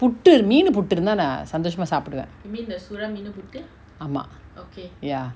புட்டு மீனு புட்டு இருந்தா நா சந்தோசமா சாப்டுவ ஆமா:puttu meenu puttu iruntha na santhosama saapduva aama ya